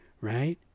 right